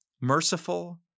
merciful